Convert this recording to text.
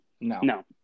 No